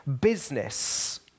business